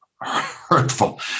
hurtful